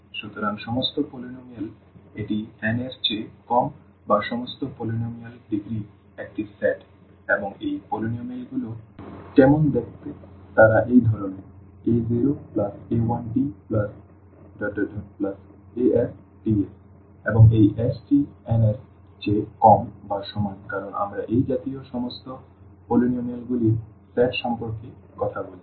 সুতরাং সমস্ত polynomial এটি n এর চেয়ে কম বা সমান সমস্ত polynomial ডিগ্রির একটি সেট এবং এই polynomial গুলো কেমন দেখতে তারা এই ধরনের a0a1tasts এবং এই s টি n এর চেয়ে কম বা সমান কারণ আমরা এই জাতীয় সমস্ত polynomial গুলির সেট সম্পর্কে কথা বলছি